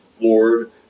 lord